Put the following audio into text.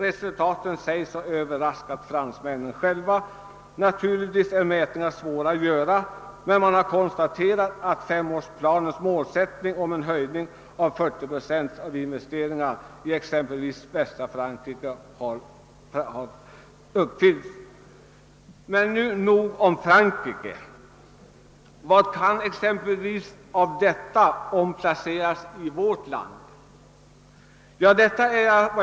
Resultaten sägs ha överraskat fransmännen själva. Naturligtvis är exakta mätningar svåra att göra, men man har konstaterat att femårsplanens målsättning om en höjning med 40 procent av investeringarna i västra Frankrike har uppfyllts. Men nog om Frankrike! Vad av detta kan omplaceras i vårt land?